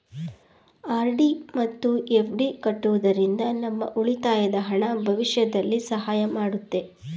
RD ಮತ್ತು FD ಕಟ್ಟುವುದರಿಂದ ನಮ್ಮ ಉಳಿತಾಯದ ಹಣ ಭವಿಷ್ಯದಲ್ಲಿ ಸಹಾಯ ಮಾಡುತ್ತೆ